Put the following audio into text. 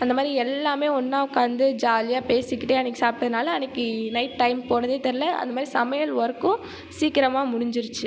அந்தமாதிரி எல்லாமே ஒன்றா உக்கார்ந்து ஜாலியாக பேசிக்கிட்டே அன்றைக்கு சாப்பிட்டனால அன்றைக்கு நைட் டைம் போனதே தெர்லை அந்தமாதிரி சமையல் வொர்க்கும் சீக்கிரமா முடிஞ்சுருச்சு